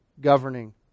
governing